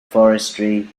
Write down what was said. forestry